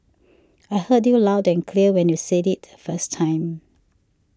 I heard you loud and clear when you said it the first time